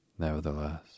Nevertheless